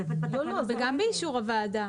גם זה באישור הוועדה.